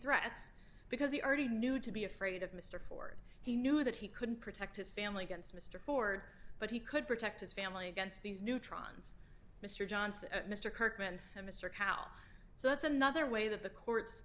threats because he already knew to be afraid of mr ford he knew that he couldn't protect his family against mr ford but he could protect his family against these neutrons mr johnson mr kirkman and mr cow so that's another way that the courts